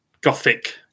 Gothic